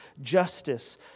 justice